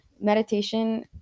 meditation